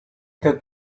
the